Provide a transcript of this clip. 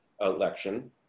election